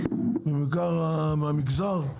ובעיקר מהמגזר,